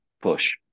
push